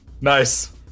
Nice